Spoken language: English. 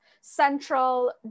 central